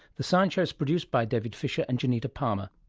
the science show s produced by david fisher and janita palmer.